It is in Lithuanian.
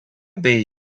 bei